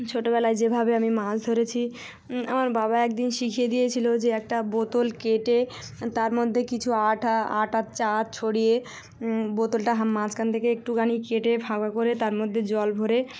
ছোটোবেলায় যেভাবে আমি মাছ ধরেছি আমার বাবা একদিন শিখিয়ে দিয়েছিলো যে একটা বোতল কেটে তার মধ্যে কিছু আঠা আটার চার ছড়িয়ে বোতলটা মাঝখান থেকে একটুখানি কেটে ফাঁকা করে তার মধ্যে জল ভরে